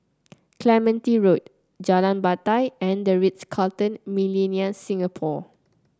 Clementi Road Jalan Batai and The Ritz Carlton Millenia Singapore